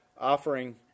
offering